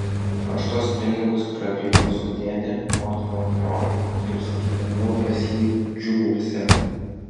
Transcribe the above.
aš tuos pinigus prapyliau su dėde motinos broliu kai apsigyvenau pas jį džiuguose